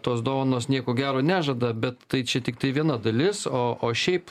tos dovanos nieko gero nežada bet tai čia tiktai viena dalis o o šiaip